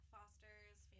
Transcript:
Foster's